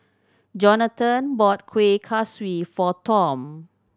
Johathan bought Kueh Kaswi for Tom